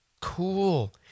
cool